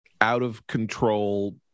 out-of-control